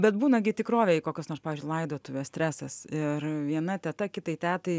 bet būna gi tikrovėj kokios nors pavyzdžiui laidotuvės stresas ir viena teta kitai tetai